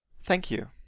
thank you.